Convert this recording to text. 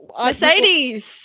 Mercedes